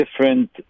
different